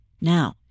Now